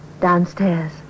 downstairs